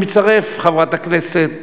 אני מצטרף, חברת הכנסת